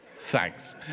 thanks